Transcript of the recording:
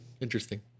Interesting